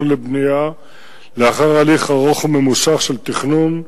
ולבנייה לאחר הליך ארוך וממושך של תכנון,